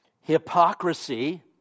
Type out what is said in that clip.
hypocrisy